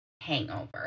Hangover